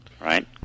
Right